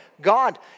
God